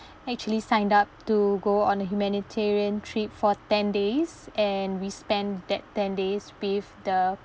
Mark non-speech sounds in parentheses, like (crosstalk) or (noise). (breath) actually signed up to go on a humanitarian trip for ten days and we spent that ten days with the